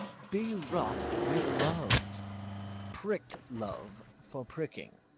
be rough with love prick love for pricking,